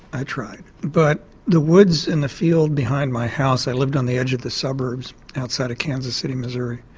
i tried. but the woods and the field behind my house. i lived on the edge of the suburbs outside of kansas city, missouri,